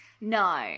no